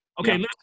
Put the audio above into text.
Okay